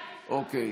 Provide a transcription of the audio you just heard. אוקיי,